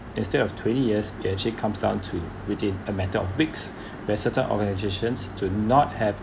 instead of twenty years it actually comes down to within a matter of weeks where certain organisations do not have